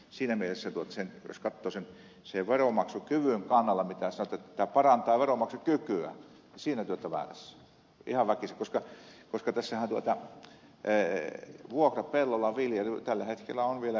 siinä mielessä jos katsoo sen veronmaksukyvyn kannalta mitä sanoitte että tämä parantaa veronmaksukykyä niin siinä te olette väärässä ihan väkisin koska tässähän vuokrapellolla viljely tällä hetkellä on vielä edullista